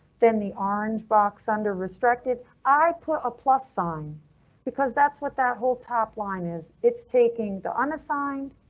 then the orange box under restricted. i put a plus sign because that's what that whole top line is. it's taking the unassigned.